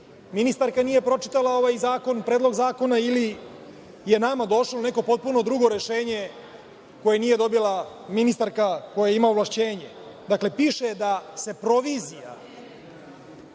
ministarka nije pročitala ovaj zakon, predlog zakona ili je nama došlo neko potpuno drugo rešenje, koje nije dobila ministarka koja ima ovlašćenje. Dakle, piše - da se provizija